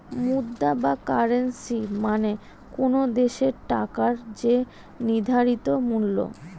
মুদ্রা বা কারেন্সী মানে কোনো দেশের টাকার যে নির্ধারিত মূল্য